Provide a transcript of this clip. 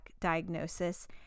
diagnosis